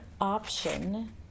option